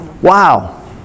Wow